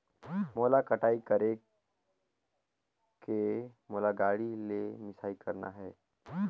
मोला कटाई करेके मोला गाड़ी ले मिसाई करना हे?